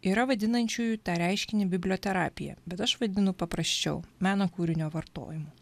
yra vadinančiųjų tą reiškinį biblioterapija bet aš vadinu paprasčiau meno kūrinio vartojimu